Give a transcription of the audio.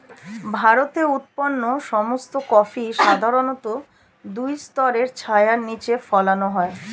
ভারতে উৎপন্ন সমস্ত কফি সাধারণত দুই স্তরের ছায়ার নিচে ফলানো হয়